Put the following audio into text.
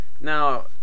Now